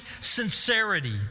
sincerity